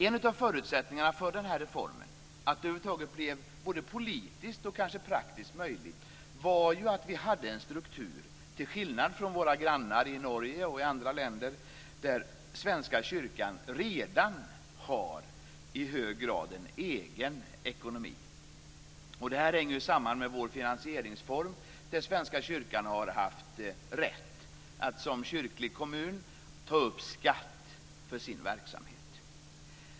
En av förutsättningarna för att den här reformen över huvud taget skulle bli både politiskt och kanske praktiskt möjlig var att Svenska kyrkan till skillnad från våra grannar i Norge och i andra länder redan i hög grad hade en egen ekonomi. Detta hänger samman med vår finansieringsform. Svenska kyrkan har haft rätt att som kyrklig kommun ta upp skatt för sin verksamhet.